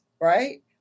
right